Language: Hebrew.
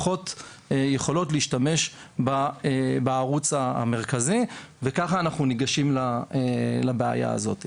ופחות יכולות להשתמש בערוץ המרכזי וככה אנחנו ניגשים לבעיה הזו.